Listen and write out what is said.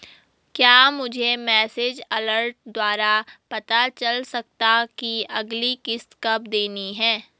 क्या मुझे message alert द्वारा पता चल सकता कि अगली किश्त कब देनी है?